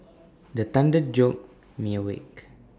the thunder jolt me awake